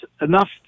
enough